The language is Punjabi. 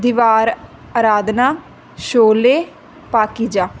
ਦੀਵਾਰ ਅਰਾਧਨਾ ਸ਼ੋਲੇ ਪਾਕੀਜਾ